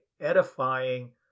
edifying